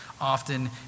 often